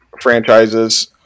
franchises